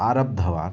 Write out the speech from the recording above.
आरब्धवान्